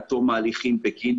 עד תום הליכים בגין